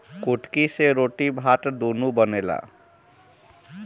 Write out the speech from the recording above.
कुटकी से रोटी भात दूनो बनेला